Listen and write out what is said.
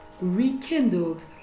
rekindled